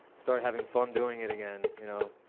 start having fun doing it again, you know?